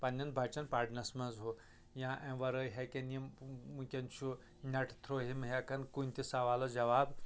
پننٮ۪ن بچن پرنس منٛز ہُہ یا امہِ ورٲے ہٮ۪کن یِم وُنکیٚن چھُ نٮ۪ٹ تھروٗ یِم ہٮ۪کان کُنہِ تہِ سوالس جواب